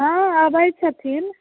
हँ अबैत छथिन